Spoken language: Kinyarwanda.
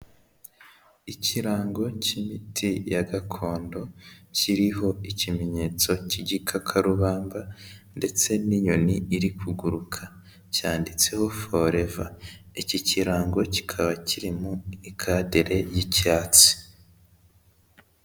Ikirango cy'imiti ya gakondo kiriho ikimenyetso cy'igikakarubamba ndetse n'inyoni iri kuguruka, cyanditseho Foreva, iki kirango kikaba kiri mu ikadire y'icyatsi.